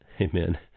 Amen